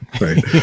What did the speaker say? Right